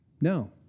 No